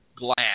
glass